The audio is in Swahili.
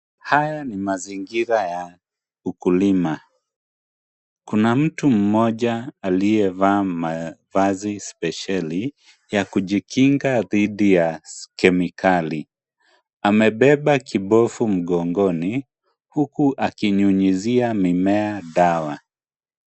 Haya ni mazingira ya ukulima. Kuna mtu mmoja aliyevaa maa, mavazi sipesheli ya kujikinga dhidi ya kemikali. Amebeba kipofu mgongoni huku akinyunyuzia mimea dawa.